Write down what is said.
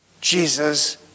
Jesus